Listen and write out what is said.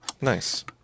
Nice